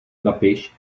napiš